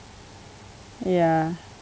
ya